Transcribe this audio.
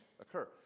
occur